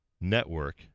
Network